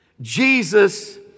Jesus